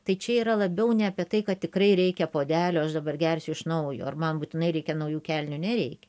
tai čia yra labiau ne apie tai kad tikrai reikia puodelio aš dabar gersiu iš naujo ar man būtinai reikia naujų kelnių nereikia